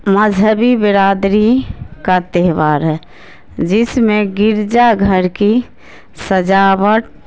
مذہبی برادری کا تہوار ہے جس میں گرجا گھر کی سجاوٹ